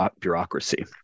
bureaucracy